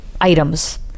items